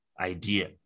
idea